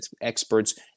experts